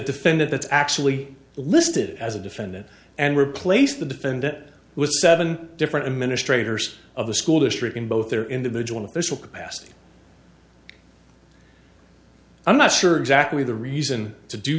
defendant that's actually listed as a defendant and replace the defendant with seven different ministre to of the school district in both their individual official capacity i'm not sure exactly the reason to do